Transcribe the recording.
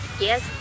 Yes